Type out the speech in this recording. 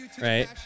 right